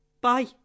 bye